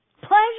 pleasure